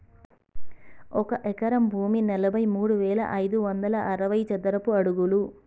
ఒక ఎకరం భూమి నలభై మూడు వేల ఐదు వందల అరవై చదరపు అడుగులు